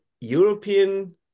european